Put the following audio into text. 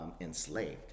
enslaved